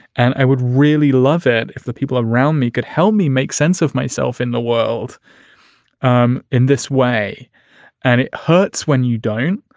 and i would really love it if the people around me could help me make sense of myself in the world um in this way and it hurts when you don't.